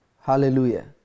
Hallelujah